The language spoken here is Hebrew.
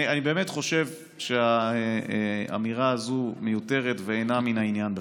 אני באמת חושב שהאמירה הזאת מיותרת ואינה מן העניין בכלל.